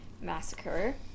Massacre